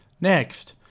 Next